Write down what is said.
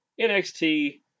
NXT